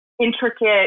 intricate